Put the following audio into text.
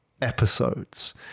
episodes